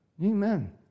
Amen